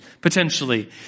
potentially